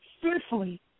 fearfully